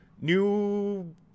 new